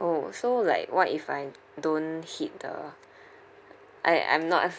oh so like what if I don't hit the I I'm not